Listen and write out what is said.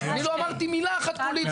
אני לא אמרתי מילה אחת פוליטית.